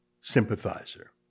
sympathizer